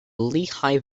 lehigh